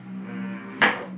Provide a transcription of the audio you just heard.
um